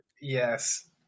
Yes